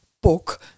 book